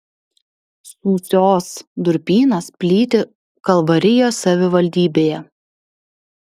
sūsios durpynas plyti kalvarijos savivaldybėje